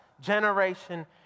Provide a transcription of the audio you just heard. Generation